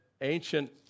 ancient